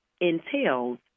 entails